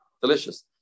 delicious